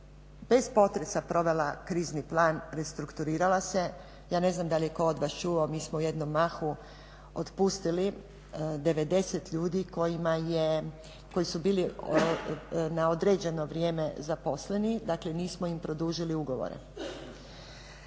bez potresa provela krizni plan, restrukturirala se. Ja ne znam dal je tko od vas čuo mi smo u jednom mahu otpustili 90 ljudi koji su bili na određeno vrijeme zaposleni, dakle nismo im produžili ugovore.